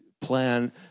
plan